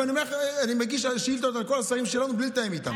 ואני אומר לך שאני מגיש שאילתות על כל השרים שלנו בלי לתאם איתם.